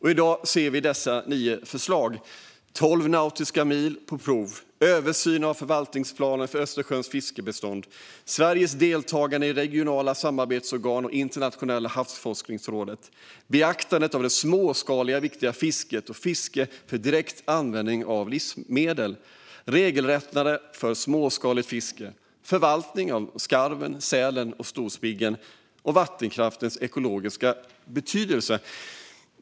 I dag ser vi dessa nio förslag: Det handlar om tolv nautiska mil på prov, om översyn av förvaltningsplanen för Östersjöns fiskbestånd, om Sveriges deltagande i regionala samarbetsorgan och Internationella havsforskningsrådet, om beaktandet av det viktiga småskaliga fisket och fiske för direkt användning som livsmedel, om regellättnader för småskaligt fiske, om förvaltning av skarven, sälen och storspiggen och om vattenkraftens ekologiska betydelse.